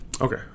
Okay